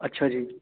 ਅੱਛਾ ਜੀ